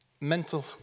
Mental